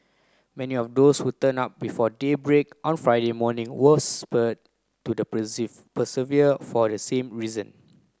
many of those who turned up before daybreak on Friday morning were spurred to the persevere for the same reason